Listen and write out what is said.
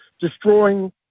destroying